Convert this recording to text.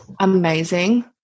amazing